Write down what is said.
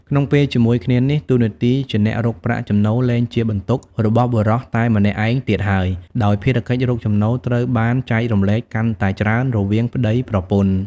ក្នុងពេលជាមួយគ្នានេះ តួនាទីជាអ្នករកប្រាក់ចំណូលលែងជាបន្ទុករបស់បុរសតែម្នាក់ឯងទៀតហើយ ដោយភារកិច្ចរកចំណូលត្រូវបានចែករំលែកកាន់តែច្រើនរវាងប្ដីប្រពន្ធ។